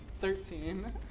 thirteen